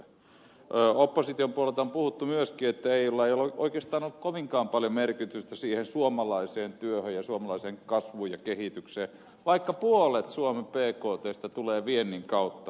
opposition puolelta on puhuttu myöskin että eulla ei ole oikeastaan ollut kovinkaan paljon vaikutusta siihen suomalaiseen työhön ja suomalaiseen kasvuun ja kehitykseen vaikka puolet suomen bktstä tulee viennin kautta